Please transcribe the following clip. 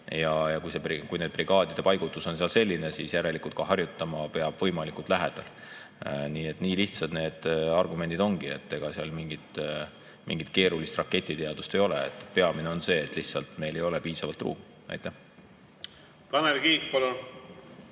Ja kui brigaadide paigutus on seal selline, siis järelikult ka harjutama peab võimalikult lähedal. Nii lihtsad need argumendid ongi, mingit keerulist raketiteadust ei ole. Peamine on see, et meil lihtsalt ei ole piisavalt ruumi. Aitäh! Tanel Kiik, palun!